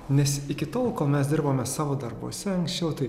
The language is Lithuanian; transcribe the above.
nes iki tol kol mes dirbome savo darbuose anksčiau tai